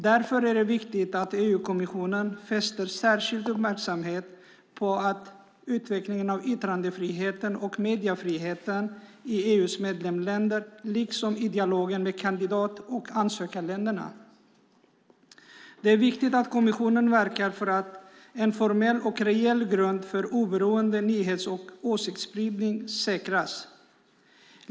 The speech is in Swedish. Därför är det viktigt att EU-kommissionen fäster särskild uppmärksamhet på utvecklingen av yttrandefriheten och mediefriheten i EU:s medlemsländer liksom i dialogen med kandidat och ansökarländerna. Det är viktigt att kommissionen verkar för att en formell och reell grund för oberoende nyhets och åsiktsspridning säkras.